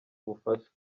ubufasha